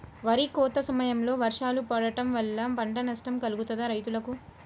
వరి కోత సమయంలో వర్షాలు పడటం వల్ల పంట నష్టం కలుగుతదా రైతులకు?